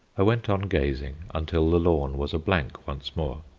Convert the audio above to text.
i went on gazing until the lawn was a blank once more,